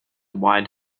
wide